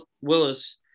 Willis